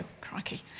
Crikey